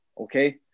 Okay